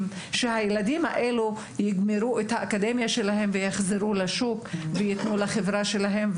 כשהילדים האלה יגמרו את האקדמיה שלהם ויחזרו לשוק ויתנו לחברה שלהם,